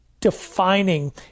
defining